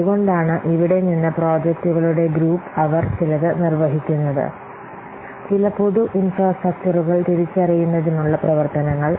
അതുകൊണ്ടാണ് ഇവിടെ നിന്ന് പ്രോജക്റ്റുകളുടെ ഗ്രൂപ്പ് അവർ ചിലത് നിർവഹിക്കുന്നത് ചില പൊതു ഇൻഫ്രാസ്ട്രക്ചറുകൾ തിരിച്ചറിയുന്നതിനുള്ള പ്രവർത്തനങ്ങൾ